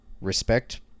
respect